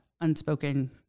unspoken